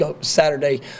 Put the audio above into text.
Saturday